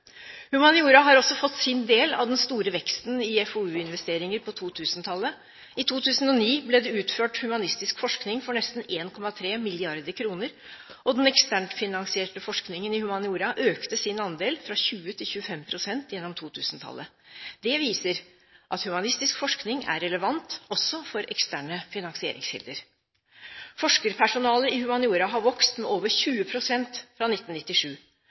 Humaniora har også fått sin del av den store veksten i FoU-investeringer på 2000-tallet. I 2009 ble det utført humanistisk forskning for nesten 1,3 mrd. kr, og den eksternt finansierte forskningen i humaniora økte sin andel fra 20 til 25 pst. gjennom 2000-tallet. Det viser at humanistisk forskning er relevant også for eksterne finansieringskilder. Forskerpersonalet i humaniora har vokst med over 20 pst. fra 1997.